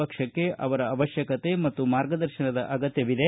ಪಕ್ಷಕ್ಕೆ ಅವರ ಅವಶ್ಯಕತೆ ಮತ್ತು ಮಾರ್ಗದರ್ಶನದ ಅಗತ್ಯವಿದೆ